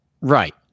Right